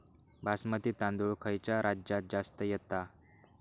बासमती तांदूळ खयच्या राज्यात जास्त येता?